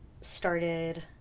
started